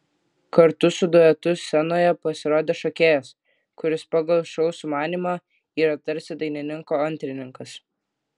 kartu su duetu scenoje pasirodė šokėjas kuris pagal šou sumanymą yra tarsi dainininko antrininkas